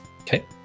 okay